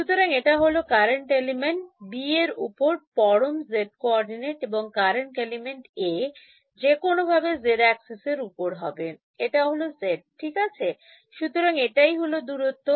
সুতরাং এটা হল কারেন্ট এলিমেন্ট B এর উপর পরম z কোঅর্ডিনেট এবং কারেন্ট এলিমেন্ট A যেকোনোভাবে z অ্যাক্সিস এর উপর হবে এটা হল z ঠিক আছে সুতরাং এটাই হল দূরত্ব